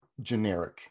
generic